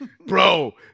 Bro